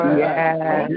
yes